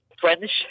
French